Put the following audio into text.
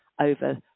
over